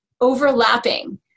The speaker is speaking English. overlapping